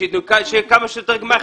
שיהיו כמה שיותר גמ"חים.